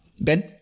Ben